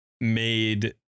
made